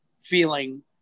feeling